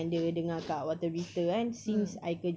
mm